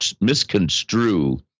misconstrue